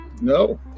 No